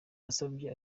yasavye